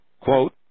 quote